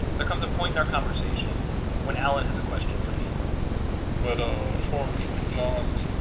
there comes a point in our conversation when allen has a question for me but ah as far as john's